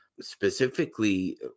specifically